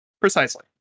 precisely